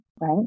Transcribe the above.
right